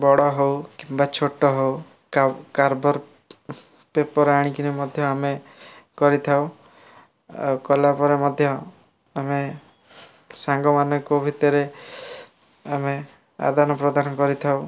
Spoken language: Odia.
ବଡ଼ ହଉ କିମ୍ବା ଛୋଟ ହଉ କାର୍ବର୍ ପେପର୍ ଆଣିକିରି ମଧ୍ୟ ଆମେ କରିଥାଉ କଲା ପରେ ମଧ୍ୟ ଆମେ ସାଙ୍ଗମାନଙ୍କ ଭିତରେ ଆମେ ଆଦାନ ପ୍ରଦାନ କରିଥାଉ